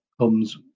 comes